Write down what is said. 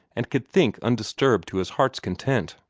and could think undisturbed to his heart's content.